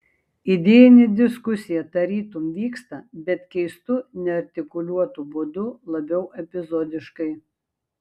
idėjinė diskusija tarytum vyksta bet keistu neartikuliuotu būdu labiau epizodiškai